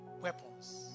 weapons